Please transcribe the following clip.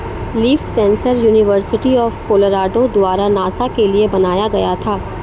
leaf sensor university of Colorado द्वारा NASA के लिए बनाया गया था